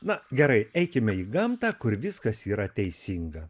na gerai eikime į gamtą kur viskas yra teisinga